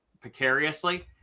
precariously